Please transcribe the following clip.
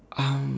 um